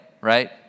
Right